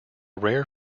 rare